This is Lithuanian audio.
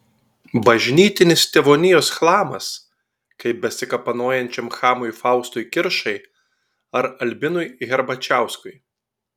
bažnytinis tėvonijos chlamas kaip besikapanojančiam chamui faustui kiršai ar albinui herbačiauskui